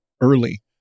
early